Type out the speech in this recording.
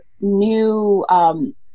new